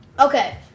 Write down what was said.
Okay